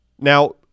Now